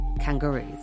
kangaroos